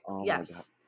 Yes